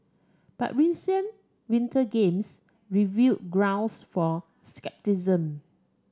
but recent Winter Games reveal grounds for scepticism